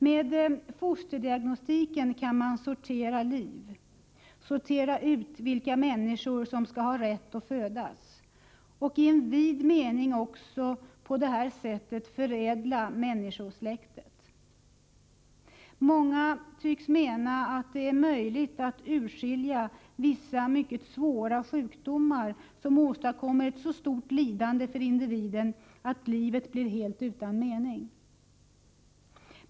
Med fosterdiagnostiken kan man sortera liv, sortera ut vilka människor som skall ha rätt att födas och i en vid mening också genom detta förädla människosläktet. Många tycks mena att det är möjligt att urskilja vissa mycket svåra sjukdomar, som åstadkommer ett så stort lidande för individen att livet blir helt utan mening.